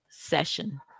Session